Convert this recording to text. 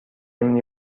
مینی